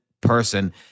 person